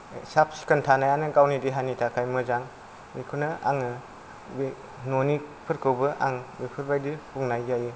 साफ सिखोन थानायानो गावनि देहानि थाखाय मोजां बेखौनो आङो बे ननिफोरखौबो आं बेफोरबायदि बुंनाय जायो